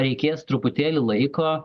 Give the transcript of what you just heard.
reikės truputėlį laiko